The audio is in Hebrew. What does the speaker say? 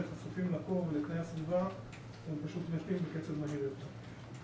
חשופים לקור ולתנאי הסביבה הם פשוט מתים בקצב מהיר יותר.